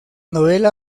novela